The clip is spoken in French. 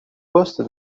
poste